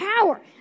power